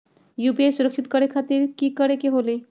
UPI सुरक्षित करे खातिर कि करे के होलि?